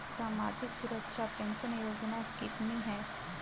सामाजिक सुरक्षा पेंशन योजना कितनी हैं?